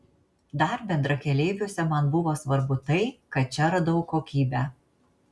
dar bendrakeleiviuose man buvo svarbu tai kad čia radau kokybę